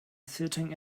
sitting